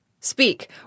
speak